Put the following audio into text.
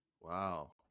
Wow